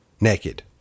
naked